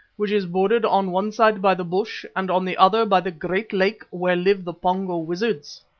which is bordered on one side by the bush and on the other by the great lake where live the pongo wizards.